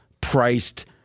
priced